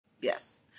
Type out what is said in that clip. Yes